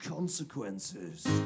Consequences